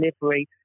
delivery